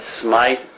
smite